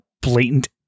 blatant